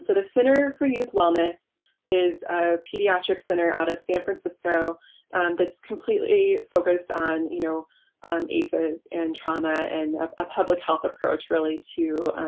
sort of center for youth wellness is a pediatric center out of san francisco that's completely focused on you know on aces and trauma and a public health approach really to